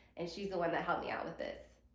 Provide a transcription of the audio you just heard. and she's the one that helped me out with this.